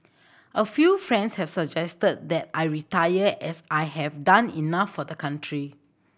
a few friends have suggested that I retire as I have done enough for the country